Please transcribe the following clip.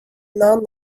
non